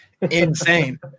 insane